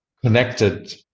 connected